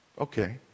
Okay